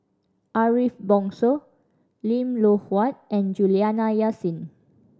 Ariff Bongso Lim Loh Huat and Juliana Yasin